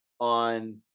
on